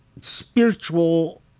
spiritual